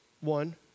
one